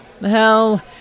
Hell